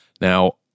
Now